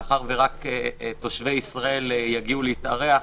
מאחר שרק תושבי ישראל יגיעו להתארח,